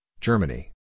Germany